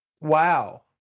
wow